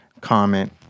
comment